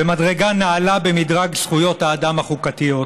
"במדרגה נעלה במדרג זכויות האדם החוקתיות",